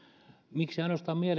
miksi ainoastaan